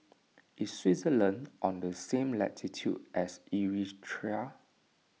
is Switzerland on the same latitude as Eritrea